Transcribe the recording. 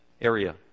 area